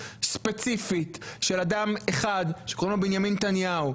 ספציפית של אדם אחד שקוראים לו בנימין נתניהו,